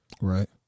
right